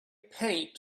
paint